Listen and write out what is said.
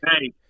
hey